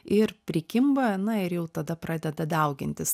ir prikimba na ir jau tada pradeda daugintis